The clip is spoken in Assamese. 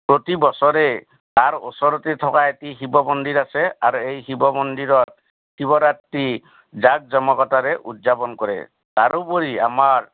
প্ৰতি বছৰে তাৰ ওচৰতে থকা এটি শিৱ মন্দিৰ আছে আৰু এই শিৱ মন্দিৰত শিৱৰাত্ৰি জাক জমকতাৰে উদযাপন কৰে তাৰোপৰি আমাৰ